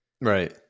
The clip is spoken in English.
Right